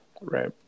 Right